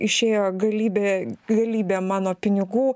išėjo galybė galybė mano pinigų